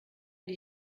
die